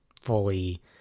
fully